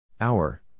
Hour